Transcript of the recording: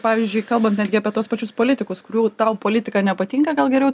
pavyzdžiui kalbant netgi apie tuos pačius politikus kurių tau politika nepatinka gal geriau